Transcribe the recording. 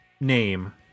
Name